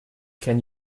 can